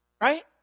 Right